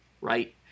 right